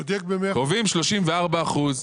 קובעים 34%,